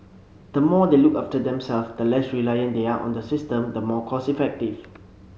the more they look after themselves the less reliant they are on the system the more cost effective